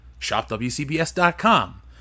ShopWCBS.com